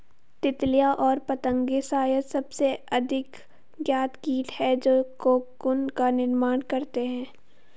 तितलियाँ और पतंगे शायद सबसे अधिक ज्ञात कीट हैं जो कोकून का निर्माण करते हैं